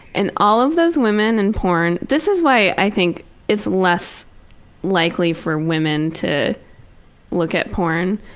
and all of those women in porn this is why i think it's less likely for women to look at porn,